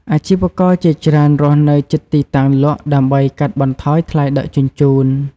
អាជីវករជាច្រើនរស់នៅជិតទីតាំងលក់ ដើម្បីកាត់បន្ថយថ្លៃដឹកជញ្ជូន។